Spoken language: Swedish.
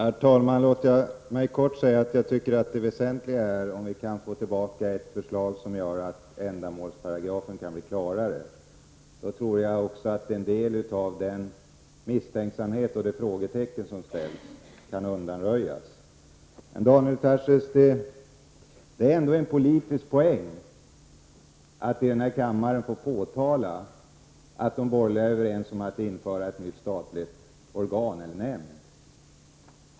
Herr talman! Låt mig kort säga att det väsentliga är om vi kan få ett förslag som leder till att ändamålsparagrafen kan bli klarare. Då tror jag också att en del av misstänksamheten och de frågetecken som finns kan undanröjas. Daniel Tarschys, det är ändå en politisk poäng att i den här kammaren få påtala att de borgerliga är överens om att införa ett nytt statligt organ, en nämnd.